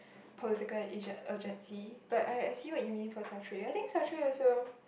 political agen~ urgency but I I see what you mean for Satray I think Sartray also